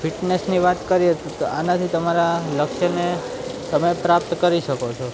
ફિટનેસની વાત કરીએ તો આનાથી તમારા લક્ષ્યને તમે પ્રાપ્ત કરી શકો છો